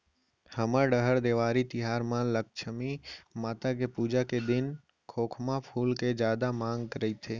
हमर डहर देवारी तिहार म लक्छमी माता के पूजा के दिन खोखमा फूल के जादा मांग रइथे